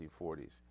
1940s